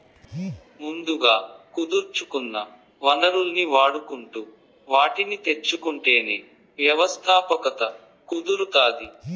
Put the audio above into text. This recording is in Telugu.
ముందుగా కుదుర్సుకున్న వనరుల్ని వాడుకుంటు వాటిని తెచ్చుకుంటేనే వ్యవస్థాపకత కుదురుతాది